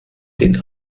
den